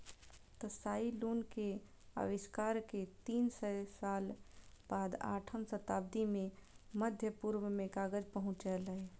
Tsai Lun के आविष्कार के तीन सय साल बाद आठम शताब्दी मे मध्य पूर्व मे कागज पहुंचलै